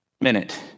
minute